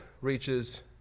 reaches